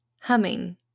humming